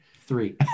three